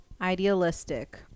idealistic